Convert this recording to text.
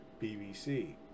BBC